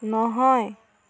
নহয়